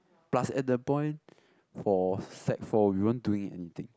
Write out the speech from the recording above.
plus at the point for sec-four we weren't even doing anything